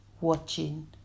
watching